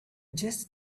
just